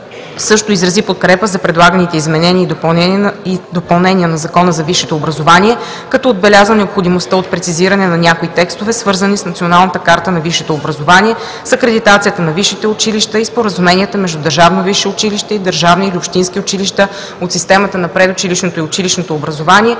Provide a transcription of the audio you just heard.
също изрази подкрепа за предлаганите изменения и допълнения на Закона за висшето образование, като отбеляза необходимостта от прецизиране на някои текстове, свързани с Националната карта на висшето образование, с акредитацията на висшите училища и споразуменията между държавно висше училище и държавни или общински училища от системата на предучилищното и училищното образование,